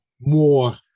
more